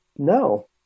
No